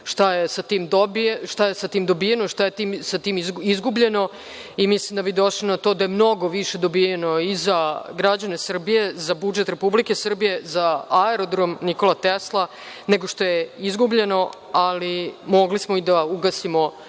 šta je tim dobijeno, šta je sa tim izgubljeno i mislim da bi došli na to da je mnogo više dobijeno i za građane Srbije, za budžet Republike Srbije, za aerodrom „Nikola Tesla“, nego što je izgubljeno, ali mogli smo i da ugasimo